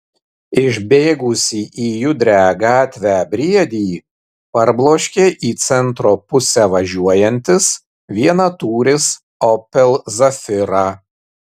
išbėgusį į judrią gatvę briedį parbloškė į centro pusę važiuojantis vienatūris opel zafira